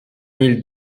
mille